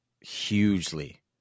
hugely